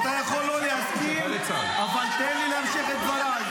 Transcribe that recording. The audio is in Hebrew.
אתה לא תגיד את זה פה.